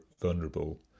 vulnerable